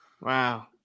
Wow